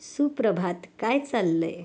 सुप्रभात काय चाललंय